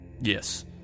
Yes